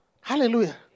Hallelujah